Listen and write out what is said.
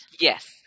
Yes